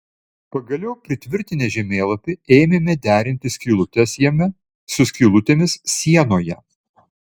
pagaliau pritvirtinę žemėlapį ėmėme derinti skylutes jame su skylutėmis sienoje